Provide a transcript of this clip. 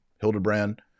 Hildebrand